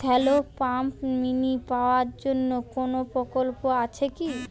Shallow pump mini power জন্য কোনো প্রকল্প আছে কি?